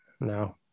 no